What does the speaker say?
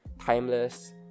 timeless